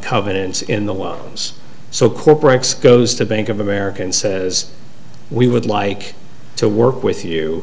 covenants in the loans so corporates goes to bank of america and says we would like to work with you